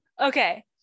Okay